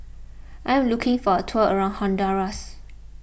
I am looking for a tour around Honduras